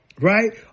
Right